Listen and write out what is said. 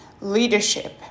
leadership